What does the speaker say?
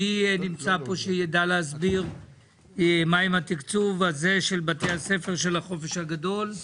מי נמצא פה ויודע להסביר מה עם תקצוב בתי הספר של החופש הגדול?